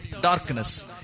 darkness